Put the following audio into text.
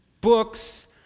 Books